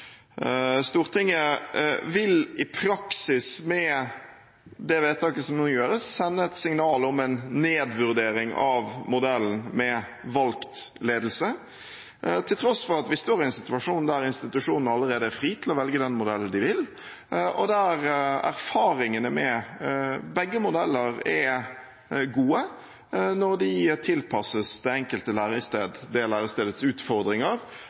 Stortinget vil i praksis med det vedtaket som nå gjøres, sende et signal om en nedvurdering av modellen med valgt ledelse, til tross for at vi står i en situasjon der institusjonene allerede står fritt til å velge den modellen de vil, og der erfaringene med begge modeller er gode når de tilpasses det enkelte lærested, det lærestedets utfordringer